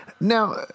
Now